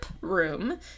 room